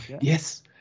Yes